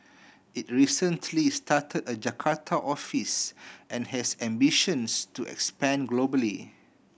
it recently started a Jakarta office and has ambitions to expand globally